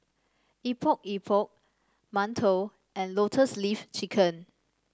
Epok Epok mantou and Lotus Leaf Chicken